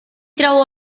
trau